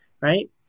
right